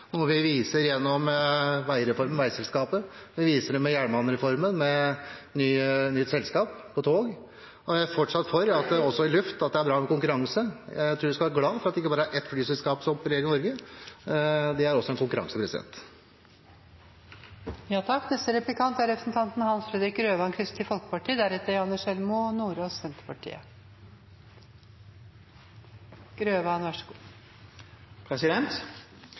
noe vi viser gjennom veireformen, veiselskapet, jernbanereformen og nytt selskap for tog. Jeg mener fortsatt at det også i luften er bra med konkurranse. Jeg tror vi skal være glade for at det ikke bare er ett flyselskap som opererer i Norge. Det er også konkurranse.